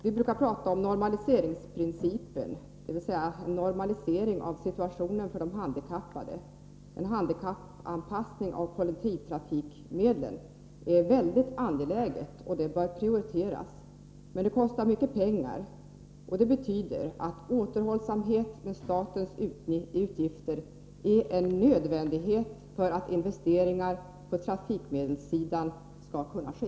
Vi brukar prata om normaliseringsprincipen, dvs. en normalisering av situationen för de handikappade. En handikappanpassning av kollektivtrafikmedlen är väldigt angelägen, och den bör prioriteras. Men den kostar mycket pengar. Det betyder att återhållsamhet med statens utgifter är en nödvändighet för att investeringar på trafikmedelssidan skall kunna ske.